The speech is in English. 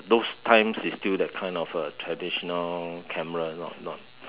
those times it's still the kind of uh traditional camera not not